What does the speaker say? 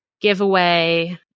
Giveaway